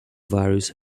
various